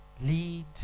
Lead